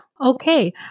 Okay